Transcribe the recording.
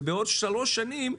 ובעוד שלוש שנים,